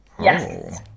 Yes